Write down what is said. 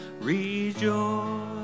Rejoice